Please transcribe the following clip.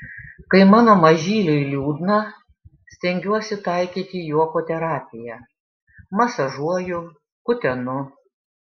kai mano mažyliui liūdna stengiuosi taikyti juoko terapiją masažuoju kutenu